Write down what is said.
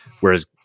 Whereas